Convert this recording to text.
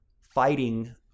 fighting